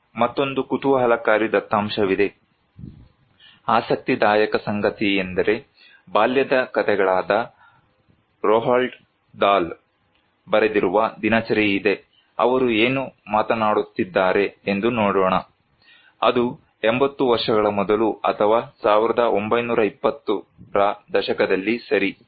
ಇಲ್ಲಿ ಮತ್ತೊಂದು ಕುತೂಹಲಕಾರಿ ದತ್ತಾಂಶವಿದೆ ಆಸಕ್ತಿದಾಯಕ ಸಂಗತಿಯೆಂದರೆ ಬಾಲ್ಯದ ಕಥೆಗಳಾದ ರೋಲ್ಡ್ ಡಹ್ಲ್ ಬರೆದಿರುವ ದಿನಚರಿ ಇದೆ ಅವರು ಏನು ಮಾತನಾಡುತ್ತಿದ್ದಾರೆ ಎಂದು ನೋಡೋಣ ಅದು 80 ವರ್ಷಗಳ ಮೊದಲು ಅಥವಾ 1920 ರ ದಶಕದಲ್ಲಿ ಸರಿ